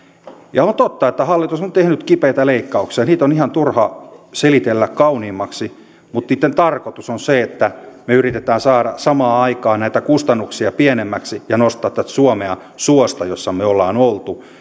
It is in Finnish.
on totta että hallitus on tehnyt kipeitä leikkauksia niitä on ihan turha selitellä kauniimmaksi mutta niitten tarkoitus on se että me yritämme saada samaan aikaan näitä kustannuksia pienemmiksi ja nostaa suomea suosta jossa me olemme olleet